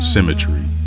Symmetry